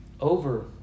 over